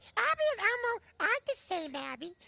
abby and elmo aren't the same, abby.